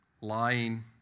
lying